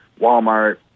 Walmart